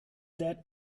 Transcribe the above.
that